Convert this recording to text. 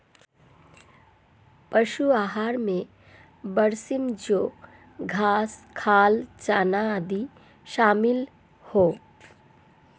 पशु आहार में बरसीम जौं घास खाल चना आदि शामिल है